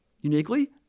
Uniquely